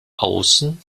außen